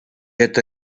это